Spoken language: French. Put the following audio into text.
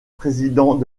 président